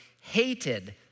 hated